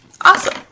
Awesome